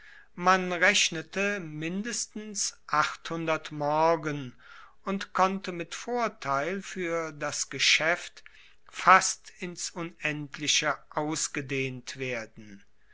man rechnete mindestens morgen und konnte mit vorteil fuer das geschaeft fast ins unendliche ausgedehnt werden